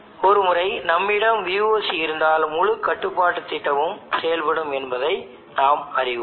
ஒருமுறை நம்மிடம் Voc இருந்தால் முழு கட்டுப்பாட்டு திட்டமும் செயல்படும் என்பதை நாம் அறிவோம்